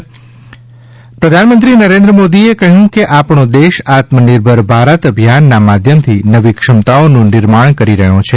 મન કી બાત પ્રધાનમંત્રી નરેન્દ્ર મોદીએ કહ્યું કે આપણી દેશ આત્મનિર્ભર ભારત અભિયાનના માધ્યમથી નવી ક્ષમતાઓનું નિર્માણ કરી રહ્યો છે